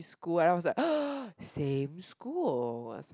school and I was like same school was like